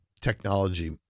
technology